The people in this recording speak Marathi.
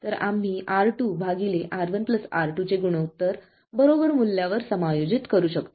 तर आम्ही R2 R1 R2 चे गुणोत्तर बरोबर मूल्यावर समायोजित करू शकतो